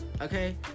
okay